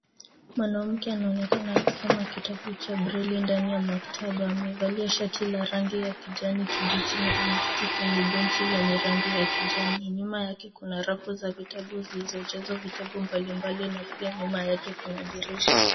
Mwanamke anaonekana akisoma kitabu cha braille ndani ya maktaba, amevalia shati la rangi ya kijani kibichi na ameketi kwenye benchi lenye rangi ya kijani. Nyuma yake kuna rafu za vitabu zilizojazwa vitabu mbali mbali na pia nyuma yake kuna dirisha.